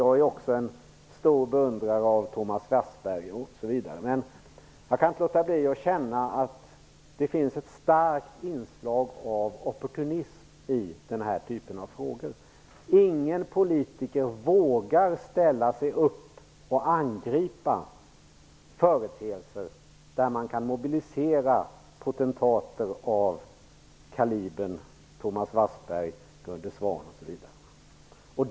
Jag är också en stor beundrare av Thomas Wassberg, osv. Men jag kan inte låta bli att känna att det finns ett starkt inslag av opportunism i den här typen av frågor. Det finns inte någon politiker som vågar ställa sig upp och angripa företeelser där man kan mobilisera potentater av kalibern Thomas Wassberg, Gunde Svan, osv.